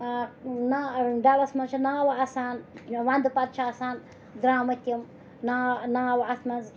نا ڈَلَس منٛز چھِ ناوٕ آسان وَندٕ پَتہٕ چھِ آسان درٛامٕتۍ تِم نا ناوٕ اَتھ منٛز